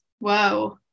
Whoa